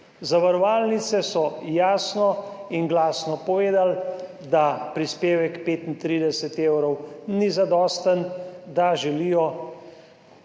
Zavarovalnice so jasno in glasno povedale, da prispevek 35 evrov ni zadosten, da želijo